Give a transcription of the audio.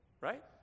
right